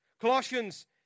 Colossians